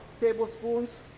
tablespoons